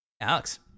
Alex